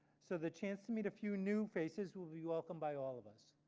so the chance to meet a few new faces will be welcomed by all of us.